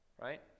right